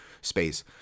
space